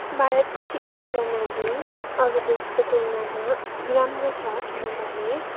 भारतको शिक्षा प्रणाली अरू देशको तुलनामा राम्रो छ किनभने